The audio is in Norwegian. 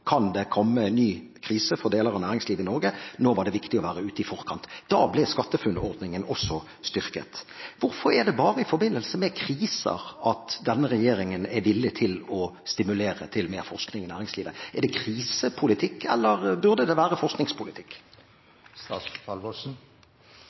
kan det komme en ny krise for deler av næringslivet i Norge, nå var det viktig å være ute i forkant. Da ble SkatteFUNN-ordningen styrket. Hvorfor er det bare i forbindelse med kriser at denne regjeringen er villig til å stimulere til mer forskning i næringslivet? Er det krisepolitikk, eller burde det være forskningspolitikk?